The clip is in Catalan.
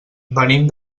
venim